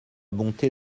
bonté